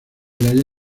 medalla